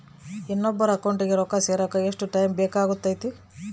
ಇನ್ನೊಬ್ಬರ ಅಕೌಂಟಿಗೆ ರೊಕ್ಕ ಸೇರಕ ಎಷ್ಟು ಟೈಮ್ ಬೇಕಾಗುತೈತಿ?